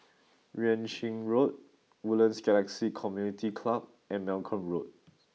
Yuan Ching Road Woodlands Galaxy Community Club and Malcolm Road